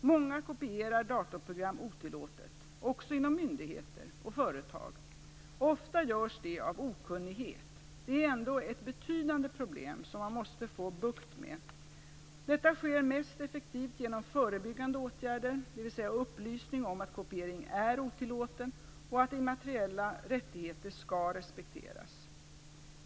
Många kopierar datorprogram otillåtet, också inom myndigheter och företag. Ofta görs det av okunnighet. Det är ändå ett betydande problem som man måste få bukt med. Detta sker mest effektivt genom förebyggande åtgärder, dvs. genom upplysning om att kopieringen är otillåten och att immateriella rättigheter skall respekteras.